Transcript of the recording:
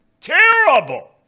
Terrible